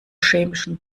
chemischen